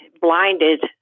blinded